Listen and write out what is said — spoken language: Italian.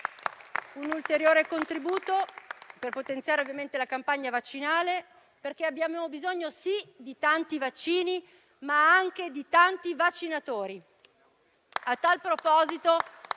un ulteriore contributo per potenziare la campagna vaccinale, perché abbiamo bisogno di tanti vaccini, ma anche di tanti vaccinatori.